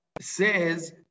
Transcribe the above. says